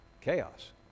Chaos